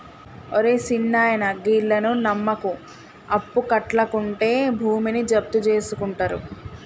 ఒరే సిన్నాయనా, గీళ్లను నమ్మకు, అప్పుకట్లకుంటే భూమి జప్తుజేసుకుంటరు